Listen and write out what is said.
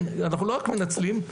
אנחנו לא רק מנצלים,